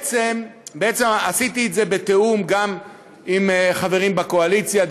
עשיתי את זה בתיאום גם עם חברים בקואליציה,